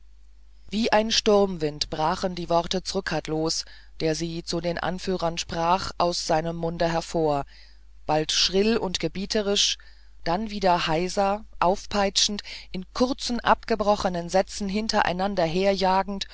wie ein sturmwind brachen die worte zrcadlos die er zu den aufrührern sprach aus seinem munde hervor bald schrill und gebieterisch dann wieder heiser aufpeitschend in kurzen abgebrochenen sätzen hintereinander